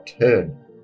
turn